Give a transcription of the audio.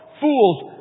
Fools